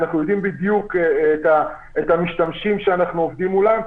אנחנו יודעים בדיוק את המשתמשים שאנחנו עובדים מולם.